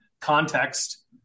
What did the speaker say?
context